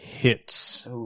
hits